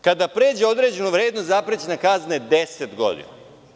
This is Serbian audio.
Kada pređe određenu vrednost zaprećena kazna je deset godina.